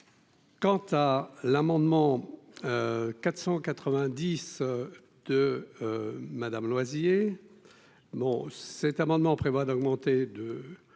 Quant à l'amendement 490 de Madame Loisier bon, cet amendement prévoit d'augmenter de